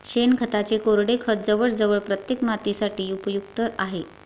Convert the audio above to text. शेणखताचे कोरडे खत जवळजवळ प्रत्येक मातीसाठी उपयुक्त आहे